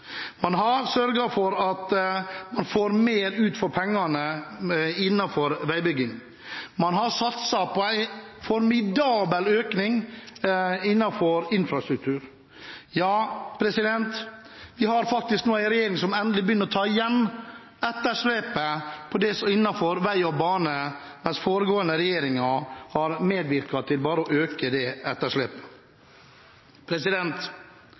Man har sørget for at man får mer for pengene innenfor veibygging. Man har satset på en formidabel økning innenfor infrastruktur. Vi har nå en regjering som endelig begynner å ta igjen etterslepet innenfor vei og bane, mens den foregående regjeringen medvirket til bare å øke det etterslepet.